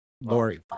Lori